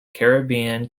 caribbean